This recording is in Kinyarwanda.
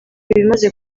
ibimaze